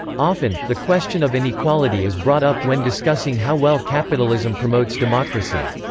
often, the question of inequality is brought up when discussing how well capitalism promotes democracy.